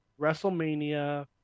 WrestleMania